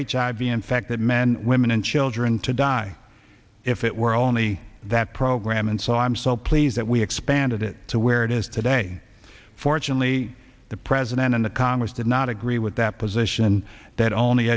that men women and children to die if it were only that program and so i'm so pleased that we expanded it to where it is today fortunately the president and the congress did not agree with that position and that only